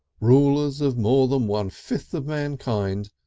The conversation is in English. rulers of more than one-fifth of mankind,